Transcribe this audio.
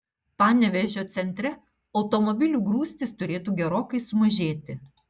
panevėžio centre automobilių grūstys turėtų gerokai sumažėti